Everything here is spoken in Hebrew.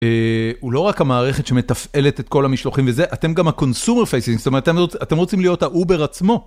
הוא לא רק המערכת שמתפעלת את כל המשלוחים וזה, אתם גם ה-consumer facing, זאת אומרת, אתם רוצים להיות הuber עצמו.